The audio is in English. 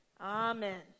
Amen